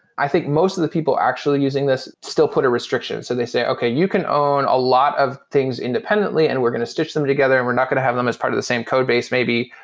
i think most of the people actually using this still put a restriction. so they say, okay, you can own a lot of things independently and we're going to stitch them together and we're not going to have them as part of the same codebase maybe,